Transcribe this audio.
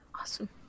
awesome